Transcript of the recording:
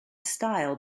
style